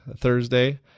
Thursday